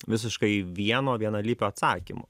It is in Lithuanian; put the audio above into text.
visiškai vieno vienalypio atsakymo